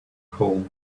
cold